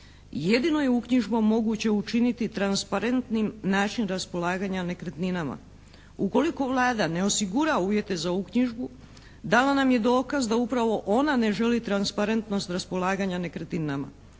Jedino je uknjižbom moguće učiniti transparentnim način raspolaganja nekretninama. Ukoliko Vlada ne osigura uvjete za uknjižbu dala nam je dokaz da upravo ona ne želi transparentnost raspolaganja nekretninama.